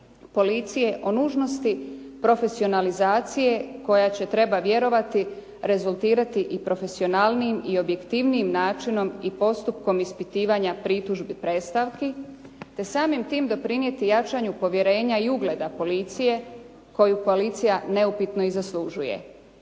policije o nužnosti profesionalizacije koja će treba vjerovati rezultirati i profesionalnijim i objektivnijim načinom i postupkom ispitivanja pritužbi, predstavki te samim tim doprinijeti jačanju povjerenja i ugleda policije koju koalicija neupitno i zaslužuje.